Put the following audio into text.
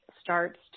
starts